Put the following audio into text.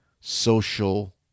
social